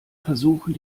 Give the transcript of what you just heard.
versuchen